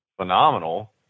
phenomenal